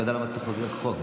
לא יודע למה צריך להעביר חוק.